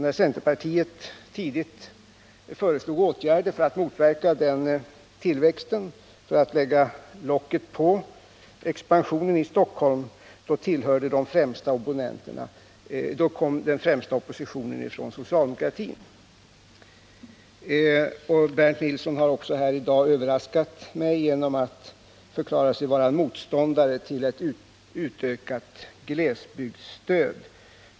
När centerpartiet tidigt föreslog åtgärder för att motverka den tillväxten, för att lägga locket på expansionen i Stockholm, kom den främsta oppositionen från socialdemokratin. Bernt Nilsson har i dag överraskat mig genom att förklara sig vara motståndare till ett utökat glesbygdsstöd.